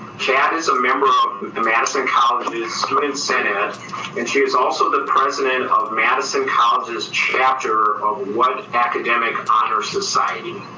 cat is a member um of madison college's student senate and she is also the president of madison college's chapter of what academic honor society?